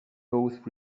both